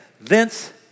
thence